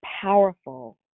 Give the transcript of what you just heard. powerful